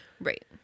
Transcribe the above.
Right